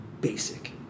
basic